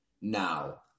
now